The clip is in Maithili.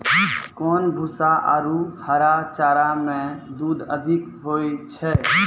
कोन भूसा आरु हरा चारा मे दूध अधिक होय छै?